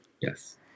Yes